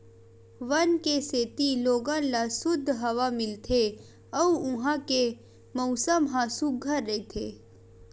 वन के सेती लोगन ल सुद्ध हवा मिलथे अउ उहां के मउसम ह सुग्घर रहिथे